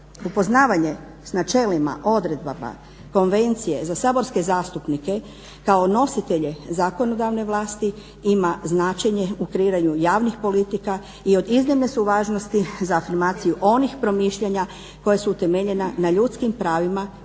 Upoznavanje s načelima odredaba, konvencije za saborske zastupnike kao nositelje zakonodavne vlasti ima značenje u kreiranju javnih politika i od iznimne su važnosti za afirmaciju onih promišljanja koja su utemeljena na ljudskim pravima uvijek